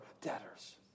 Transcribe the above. debtors